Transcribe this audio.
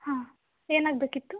ಹಾಂ ಏನಾಗಬೇಕಿತ್ತು